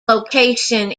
location